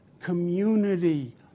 community